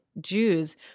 Jews